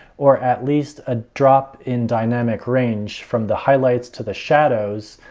or at least a drop in dynamic range from the highlights to the shadows.